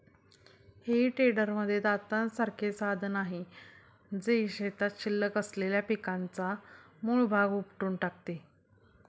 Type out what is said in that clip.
हेई टेडरमध्ये दातासारखे साधन आहे, जे शेतात शिल्लक असलेल्या पिकाचा मूळ भाग उपटून टाकते